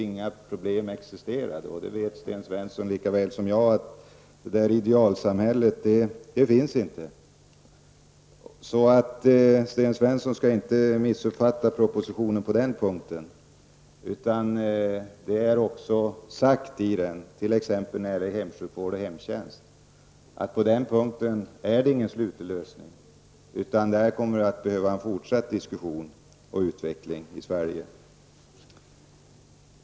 Sten Svensson vet lika väl som jag att det idealsamhället inte finns. Sten Svensson skall inte missuppfatta propositionen på den punkten. I den sägs också, t.ex. när det gäller hemsjukvård och hemtjänst, att på den punkten är det ingen slutlig lösning, utan det behövs fortsatt diskussion och utveckling i Sverige.